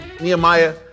Nehemiah